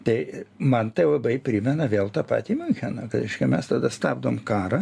tai man tai labai primena vėl tą patį miuncheną kad reiškia mes tada stabdom karą